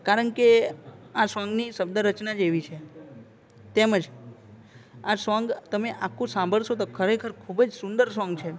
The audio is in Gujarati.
કારણકે આ સોંગની શબ્દરચના એવી જ છે તેમજ આ સોંગ તમે આખું સાંભળશો તો ખરેખર ખૂબ જ સુંદર સોંગ છે